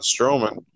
Strowman